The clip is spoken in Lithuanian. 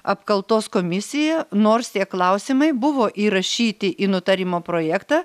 apkaltos komisija nors tie klausimai buvo įrašyti į nutarimo projektą